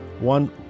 one